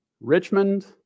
Richmond